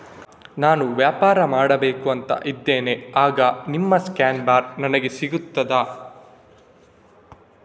ನಾನು ವ್ಯಾಪಾರ ಮಾಡಬೇಕು ಅಂತ ಇದ್ದೇನೆ, ಆಗ ನಿಮ್ಮ ಸ್ಕ್ಯಾನ್ ಬಾರ್ ನನಗೆ ಸಿಗ್ತದಾ?